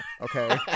Okay